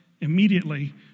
immediately